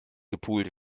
gepult